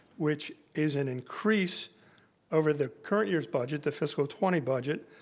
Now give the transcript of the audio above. which is an increase over the current year's budget, the fiscal twenty budget,